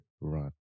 run